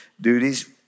duties